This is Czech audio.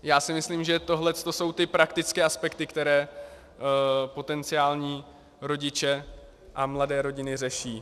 Já si myslím, to jsou ty praktické aspekty, které potenciální rodiče a mladé rodiny řeší.